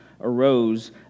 arose